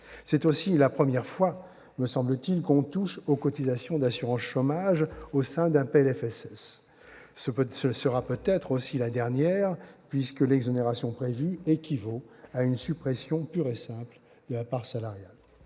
C'est aussi la première fois, me semble-t-il, qu'on touche aux cotisations d'assurance chômage au sein d'un PLFSS. Cette première sera peut-être aussi une dernière, puisque l'exonération prévue équivaut à une suppression pure et simple de la part salariale.